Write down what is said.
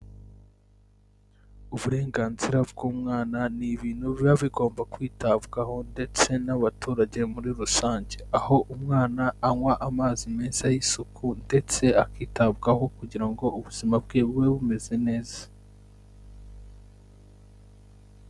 Uburenganzira bw'umwana ni ibintu biba bigomba kwitabwaho, ndetse n'abaturage muri rusange, aho umwana anywa amazi meza y'isuku, ndetse akitabwaho kugira ngo ubuzima bwe bube bumeze neza.